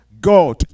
god